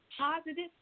Positive